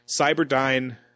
Cyberdyne